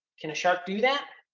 can a shark do that?